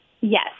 Yes